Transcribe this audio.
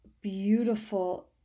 beautiful